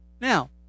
Now